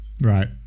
Right